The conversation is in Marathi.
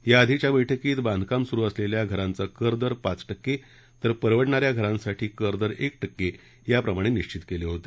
याआधीच्या बैठकीत बांधकाम सुरु असलेल्या घरांचा करदर पाच टक्के तर परवडणा या घरांसाठी करदर एक टक्के याप्रमाणे निश्चित केले होते